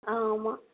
ஆ ஆமாம்